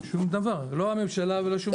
שום דבר, לא הממשלה ולא שום דבר.